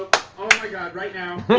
god, right now.